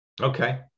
Okay